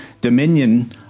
dominion